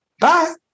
Bye